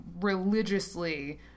religiously